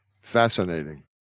Fascinating